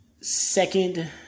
Second